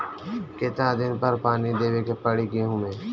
कितना दिन पर पानी देवे के पड़ी गहु में?